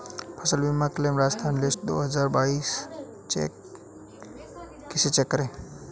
फसल बीमा claim Rajasthan list दो हज़ार बाईस कैसे चेक करें?